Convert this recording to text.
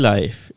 Life